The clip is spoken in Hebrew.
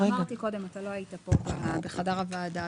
אמרתי קודם, אתה לא היית פה בחדר הוועדה.